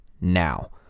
now